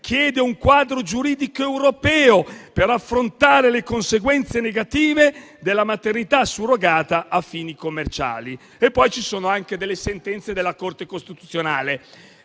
chiede un quadro giuridico europeo per affrontare le conseguenze negative della maternità surrogata a fini commerciali. E poi ci sono anche delle sentenze della Corte costituzionale.